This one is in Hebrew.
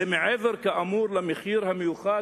זה מעבר למחיר המיוחד,